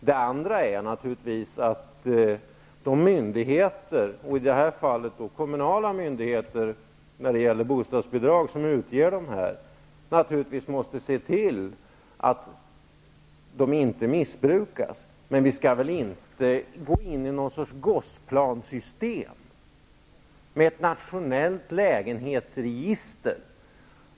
De myndigheter som lämnar bidrag -- när det gäller bostadsbidrag rör det sig alltså om kommunala myndigheter -- måste dessutom naturligtvis se till att bidragen inte missbrukas. Men vi skall väl inte gå in i någon sorts Gosplan-system med ett nationellt lägenhetsregister?